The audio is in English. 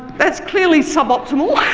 that's clearly suboptimal,